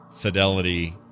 Fidelity